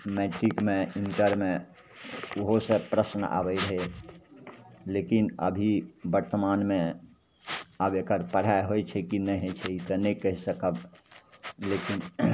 मैट्रिकमे इण्टरमे ओहोसे प्रश्न आबै रहै लेकिन अभी वर्तमानमे आब एकर पढ़ाइ होइ छै कि नहि होइ छै ई तऽ नहि कहि सकब लेकिन